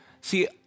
See